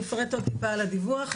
אני אפרט עוד טיפה על הדיווח.